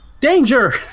Danger